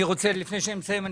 לפני שאני מסיים,